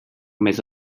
més